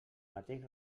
mateix